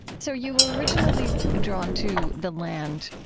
so you were originally drawn to the land